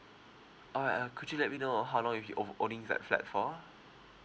all right uh could you let me know uh how long you've ov~ owning that flat for